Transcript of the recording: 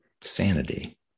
sanity